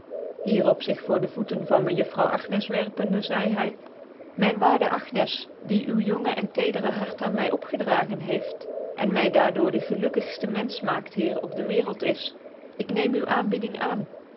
hierop zig voor devocten van mejuffrouw agncs werpende zcidc hy mijn waarde agncs die u jonge en teder hart aan my opgedragen heeft en my daar door de gclukkigltc menfeh maikt die erop de wccrcld is ik neem u aanbieding aan